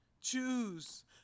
Choose